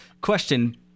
question